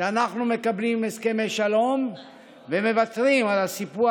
שאנחנו מקבלים הסכמי שלום ומוותרים על הסיפוח,